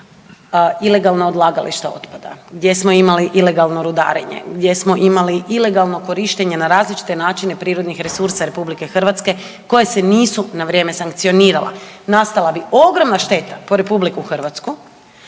ilegalna odlagališta otpada, gdje smo imali ilegalno rudarenje, gdje smo imali ilegalno korištenje na različite načine prirodnih resursa RH koje se nisu na vrijeme sankcionirala. Nastala bi ogromna šteta po RH, firma